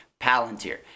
Palantir